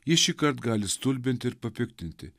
ji šįkart gali stulbinti ir papiktinti